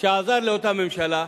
שעזר לאותה ממשלה?